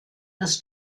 des